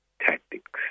Tactics